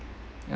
ya